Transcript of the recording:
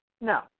No